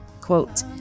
quote